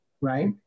right